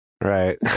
Right